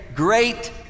great